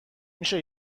میشه